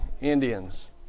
Indians